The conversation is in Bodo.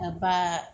एबा